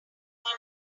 one